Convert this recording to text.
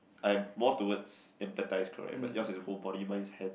I'm more toward emphasize correct but yours is the whole body mine is hand